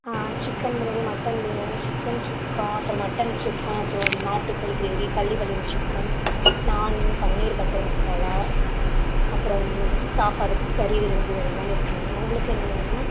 chicken biryani mutton biryani chicken sukka அப்புறம் mutton sukka அப்புறம் நாட்டுக்கோழி gravy Pallipalayam chicken naan paneer butter masala அப்புறம் சாப்பாடு கறி விருந்து அது எல்லாமே இருக்குதுங்க மேம் உங்களுக்கு என்ன வேணுங்க மேம்